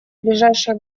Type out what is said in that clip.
ближайшие